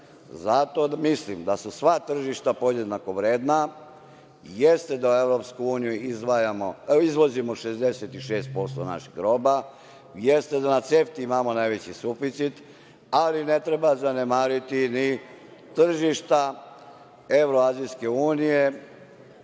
Zato, mislim da su sva tržišta podjednako vredna. Jeste da u EU izvozimo 66% naših roba, jeste da u CEFTA-i imamo najveći suficit, ali ne treba zanemariti ni tržišta